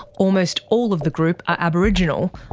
almost all of the group are aboriginal,